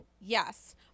Yes